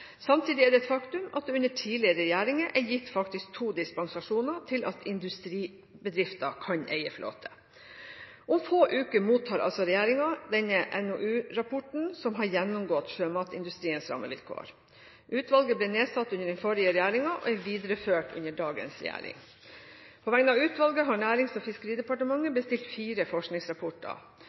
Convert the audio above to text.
Samtidig er det et faktum at det under tidligere regjeringer er gitt to dispensasjoner til at industribedrifter kan eie flåte. Om få uker mottar regjeringen rapporten fra NOU-utvalget som har gjennomgått sjømatindustriens rammevilkår. Utvalget ble nedsatt under den forrige regjeringen, og arbeidet er videreført under dagens regjering. På vegne av utvalget har Nærings- og fiskeridepartementet bestilt fire forskningsrapporter.